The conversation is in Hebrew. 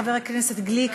חבר הכנסת גליק,